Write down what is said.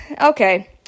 Okay